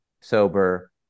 sober